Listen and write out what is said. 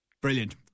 Brilliant